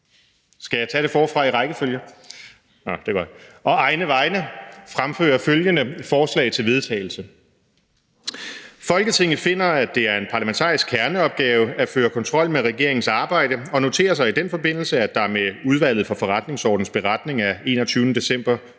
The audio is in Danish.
Alliance og DF fremsætte følgende: Forslag til vedtagelse »Folketinget finder, at det er en parlamentarisk kerneopgave at føre kontrol med regeringens arbejde, og noterer sig i den forbindelse, at der med Udvalget for Forretningsordenens beretning af 21. december 2020